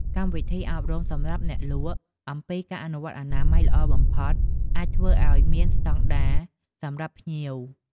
កម្មវិធីអប់រំសម្រាប់អ្នកលក់អំពីការអនុវត្តអនាម័យល្អបំផុតអាចធ្វើអោយឲ្យមានស្តង់ដារសម្រាប់ភ្ញៀវ។